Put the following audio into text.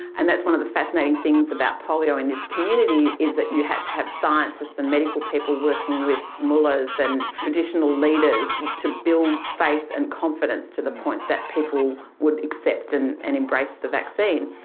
and that's one of the fascinating things about polio in this community, is that you had to have scientists and medical people working with mullahs and traditional leaders to build faith and confidence to the point that people would accept and and embrace of the vaccine.